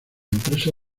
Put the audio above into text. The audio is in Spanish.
empresa